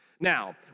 Now